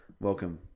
welcome